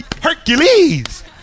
Hercules